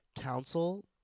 council